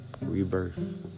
rebirth